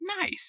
Nice